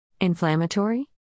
Inflammatory